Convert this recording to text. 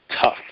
tough